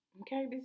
Okay